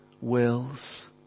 wills